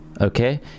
okay